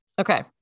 Okay